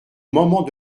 moment